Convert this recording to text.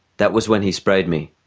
that was when he sprayed me.